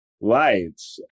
lights